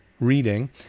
reading